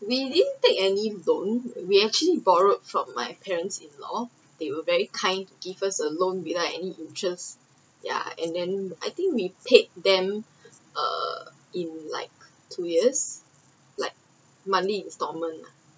we didn’t take any loan we actually borrowed from my parents in law they were very kind to give us a loan without any interests ya and then I think we paid them err in like two years like monthly installment lah